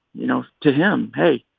you know, to him, pay.